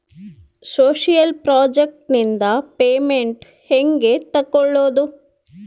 Social project ನಿಂದ payment ಹೆಂಗೆ ತಕ್ಕೊಳ್ಳದು?